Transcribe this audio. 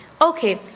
Okay